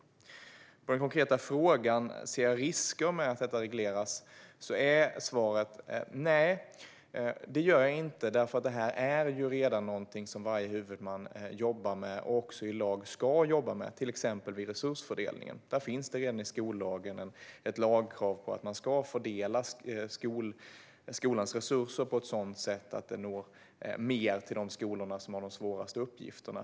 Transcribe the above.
För det andra är svaret på den konkreta frågan om jag ser risker med att detta regleras: Nej, det gör jag inte, för detta är redan någonting som varje huvudman jobbar med - och enligt lag också ska jobba med, till exempel vid resursfördelningen. Det finns redan ett lagkrav i skollagen på att man ska fördela skolans resurser på ett sådant sätt att det blir mer till de skolor som har de svåraste uppgifterna.